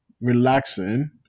relaxing